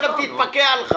תיכף תתפקע לך.